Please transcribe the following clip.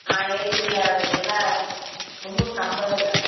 ஆ இருக்குதுங்க அது கிலோ முன்னூற்றம்பதுங்க